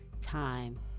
time